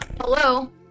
Hello